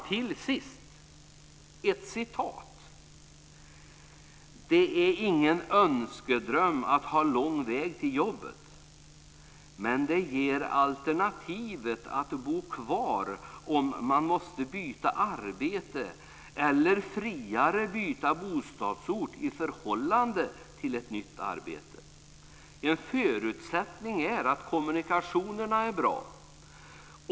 Till sist ett citat. Det är ingen önskedröm att ha lång väg till jobbet, men det ger alternativet att bo kvar om man måste byta arbete eller friare byta bostadsort i förhållande till ett nytt arbete. En förutsättning är att kommunikationerna är bra.